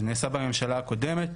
זה נעשה בממשלה הקודמת.